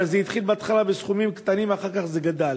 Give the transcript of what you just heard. הרי זה התחיל בסכומים קטנים ואחר כך זה גדל.